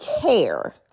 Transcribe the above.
care